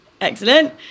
Excellent